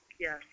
Yes